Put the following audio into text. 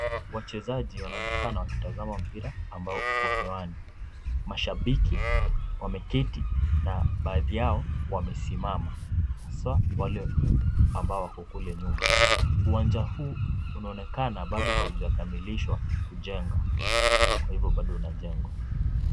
Wachezaji wanaonekana wakitazama mpira ambao uko hewani. Mashabiki wameketi na baadhi yao wamesimama haswa wale ambao wako kule nyuma. Uwanja huu unaonekana bado haujakamilishwa kujenga kwa hivyo bado unajengwa.